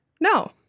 No